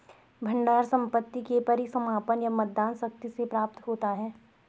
भंडार संपत्ति के परिसमापन या मतदान शक्ति से प्राप्त होता है